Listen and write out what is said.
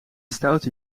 stoute